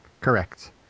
Correct